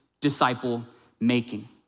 disciple-making